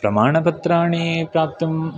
प्रमाणपत्राणि प्राप्तुं